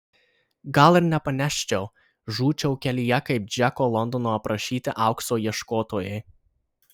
gal ir nepaneščiau žūčiau kelyje kaip džeko londono aprašyti aukso ieškotojai